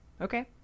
Okay